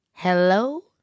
Hello